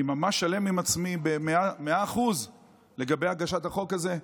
אני ממש שלם עם עצמי במאה אחוז לגבי הגשת החוק הזה.